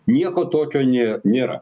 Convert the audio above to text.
nieko tokio nė nėra